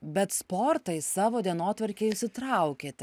bet sportą į savo dienotvarkę įsitraukėte